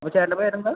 ആ ചേട്ടൻ്റെ പേരെന്താണ്